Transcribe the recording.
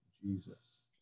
Jesus